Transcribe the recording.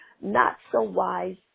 not-so-wise